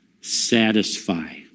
satisfy